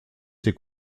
ses